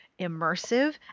immersive